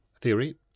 theory